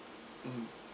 um